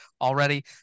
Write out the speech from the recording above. already